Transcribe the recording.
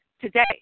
today